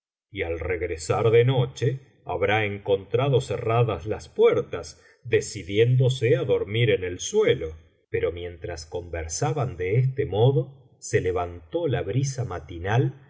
y al regresar de noche habrá encontrado cerradas las puertas decidiéndose á dormir en el suelo pero mientras conversaban de este modo se levantó la brisa matinal